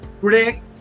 today